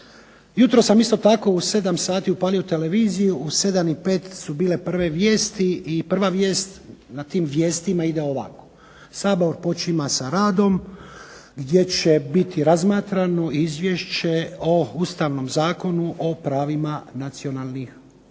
Jutros sam isto tako u 7 sati upalio televiziju, u 7,05 su bile prve vijesti i prva vijest na tim vijestima ide ovako: Sabor počinje sa radom gdje će biti razmatrano Izvješće o Ustavnom zakonu o pravima nacionalnih manjina